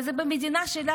וזה במדינה שלה,